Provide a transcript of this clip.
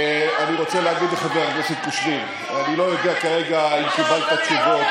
מה לא ממלכתי?